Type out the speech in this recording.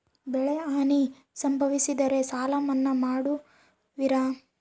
ಬೆಳೆಹಾನಿ ಸಂಭವಿಸಿದರೆ ಸಾಲ ಮನ್ನಾ ಮಾಡುವಿರ?